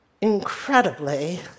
incredibly